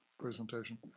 presentation